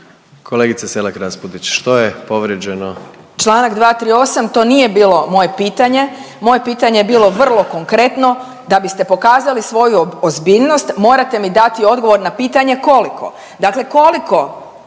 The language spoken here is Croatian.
**Selak Raspudić, Marija (Nezavisni)** Članak 238., to nije bilo moje pitanje. Moje pitanje je bilo vrlo konkretno. Da biste pokazali svoju ozbiljnost morate mi dati odgovor na pitanje koliko.